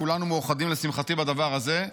כולנו מאוחדים בדבר הזה,